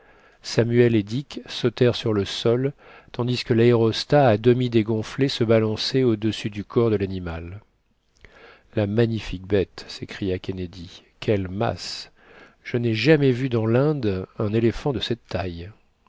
samuel et dick sautèrent sur le sol tandis que l'aérostat à demi dégonflé se balançait au-dessus du corps de l'animal la magnifique bête s'écria kennedy quelle masse je n'ai jamais vu dans l'inde un éléphant de cette taille